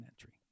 entry